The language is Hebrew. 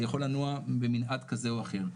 זה יכול לנוע במנעד כזה או אחר.